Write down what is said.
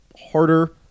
harder